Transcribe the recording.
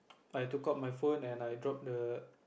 I took out my phone and I dropped the